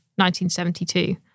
1972